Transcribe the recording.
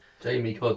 Jamie